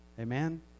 Amen